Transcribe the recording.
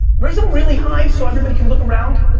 raise them really high so everybody can look around.